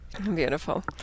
Beautiful